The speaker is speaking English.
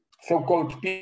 so-called